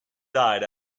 died